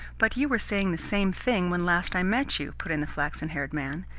but you were saying the same thing when last i met you, put in the flaxen-haired man.